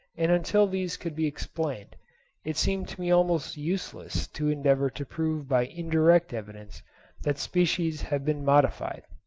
and until these could be explained it seemed to me almost useless to endeavour to prove by indirect evidence that species have been modified.